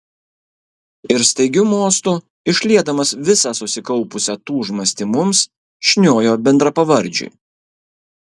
ir staigiu mostu išliedamas visą susikaupusią tūžmastį mums šniojo bendrapavardžiui